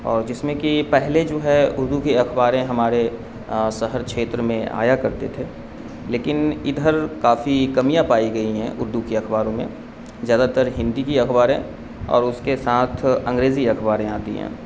اور جس میں کہ پہلے جو ہے اردو کی اخباریں ہمارے شہر چھیتر میں آیا کرتے تھے لیکن ادھر کافی کمیاں پائی گئی ہیں اردو کی اخباروں میں زیادہ تر ہندی کی اخباریں اور اس کے ساتھ انگریزی اکھباریں آتی ہیں